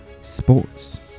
sports